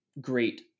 great